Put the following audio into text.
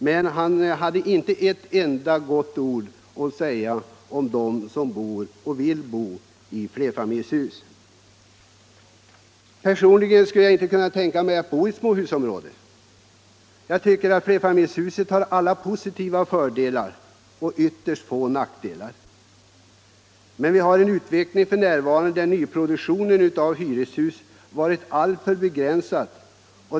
Men han hade inte ett enda gott ord att säga om dem som bor och vill bo i flerfamiljshus. Personligen skulle jag inte kunna tänka mig att bo i ett småhusområde. Jag tycker flerfamiljshuset har alla positiva fördelar och ytterst få nackdelar. Men vi har en utveckling f. n. där nyproduktionen av hyreshus varit alltför begränsad.